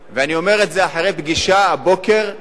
אני אומר את זה אחרי פגישה הבוקר עם